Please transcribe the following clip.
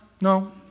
no